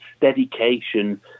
dedication